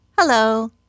Hello